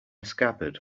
scabbard